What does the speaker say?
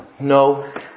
no